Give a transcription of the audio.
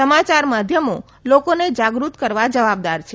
સમાચાર માધ્યમો લોકોને જાગૃત કરવા જવાબદાર છે